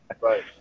Right